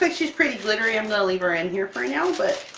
but she's pretty glittery, i'm gonna leave her in here for now, but.